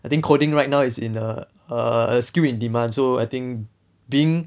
I think coding right now is in a skill in demand so I think being